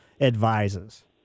advises